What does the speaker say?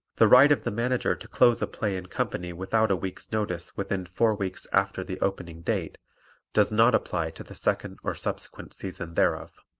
the right of the manager to close a play and company without a week's notice within four weeks after the opening date does not apply to the second or subsequent season thereof.